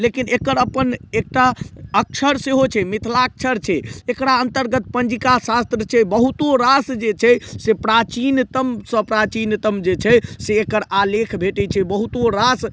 लेकिन एकर अपन एक टा अक्षर सेहो छै मिथिलाक्षर छै एकरा अन्तर्गत पञ्जिका शास्त्र छै बहुतो रास जे छै से प्राचीनतम से प्राचीनतम जे छै से एकर आलेख भेटय छै बहुतो रास